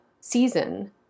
season